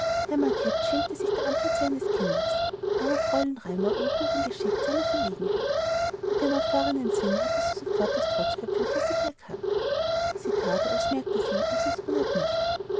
schämte sich der antwort seines kindes aber fräulein raimar überhob ihn geschickt seiner verlegenheit mit ihrem erfahrenen sinne hatte sie sofort das trotzköpfchen vor sich erkannt sie that als merkte sie ilses unart nicht